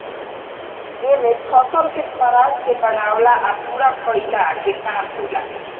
एमे फसल के पराग के बढ़ावला आ पूरा कईला के काम होला